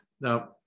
Now